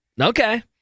Okay